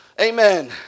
Amen